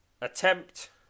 Attempt